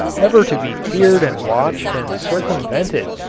ever to be feared and watched and circumvented,